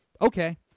Okay